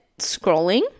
scrolling